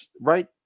right